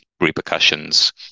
repercussions